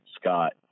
Scott